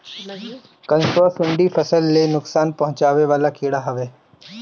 कंसुआ, सुंडी फसल ले नुकसान पहुचावे वाला कीड़ा हवे